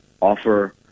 offer